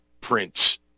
prince